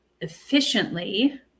efficiently